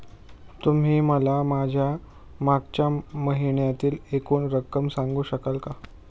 तुम्ही मला माझ्या मागच्या महिन्यातील एकूण रक्कम सांगू शकाल का?